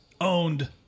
Owned